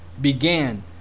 began